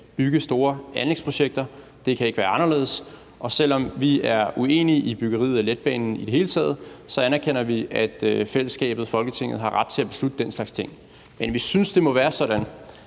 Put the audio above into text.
bygge store anlægsprojekter – det kan ikke være anderledes – og selv om vi er uenige i byggeriet af letbanen i det hele taget, anerkender vi, at fællesskabet, Folketinget, har ret til at beslutte den slags ting. Men vi synes også, det må være sådan,